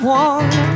one